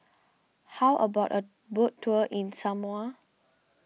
how about a boat tour in Samoa